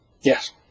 Yes